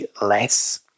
less